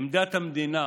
עמדת המדינה